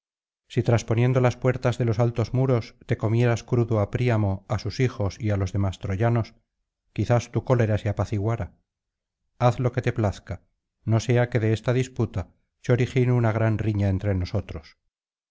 si trasponiendo las puertas de los altos muros te comieras crudo á príamo á sus hijos y á los demás troyanos quizás tu cólera se apaciguara haz lo que te plazca no sea que de esta disputa se origine una gran riña entre nosotros